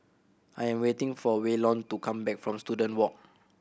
I am waiting for Waylon to come back from Student Walk